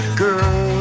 girl